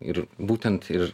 ir būtent ir